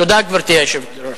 תודה, גברתי היושבת-ראש.